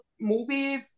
movie